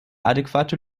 adäquate